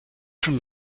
from